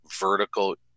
vertical